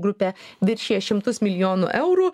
grupe viršija šimtus milijonų eurų